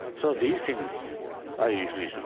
so these things i usually